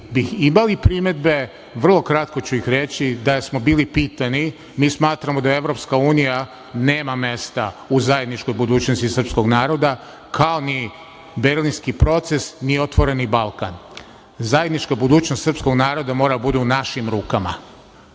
bi imali primedbe, vrlo kratko ću ih reći, da smo bili pitani. Smatramo da EU nema mesta u zajedničkoj budućnosti srpskog naroda, kao ni Berlinski proces, ni Otvoreni Balkan. Zajednička budućnost srpskog naroda mora da bude u našim rukama,